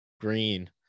green